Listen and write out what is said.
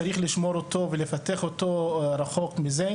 צריך לשמור את המשחק הזה שהוא יהיה רחוק מהתופעה הזו.